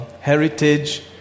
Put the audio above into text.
heritage